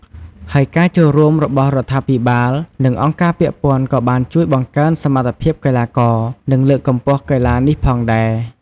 ហើយការចូលរួមរបស់រដ្ឋាភិបាល និងអង្គការពាក់ព័ន្ធក៏បានជួយបង្កើនសមត្ថភាពកីឡាករ និងលើកកម្ពស់កីឡានេះផងដែរ។